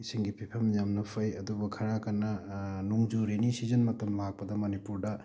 ꯏꯁꯤꯡꯒꯤ ꯐꯤꯕꯝ ꯌꯥꯝꯅ ꯐꯩ ꯑꯗꯨꯕꯨ ꯈꯔ ꯀꯟꯅ ꯅꯣꯡꯖꯨ ꯔꯦꯅꯤ ꯁꯤꯖꯟ ꯃꯇꯝ ꯂꯥꯛꯄꯗ ꯃꯅꯤꯄꯨꯔꯗ